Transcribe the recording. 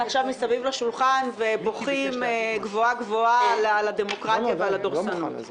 מסביב לשולחן ובוכים גבוהה-גבוהה על הדמוקרטיה והדורסנות.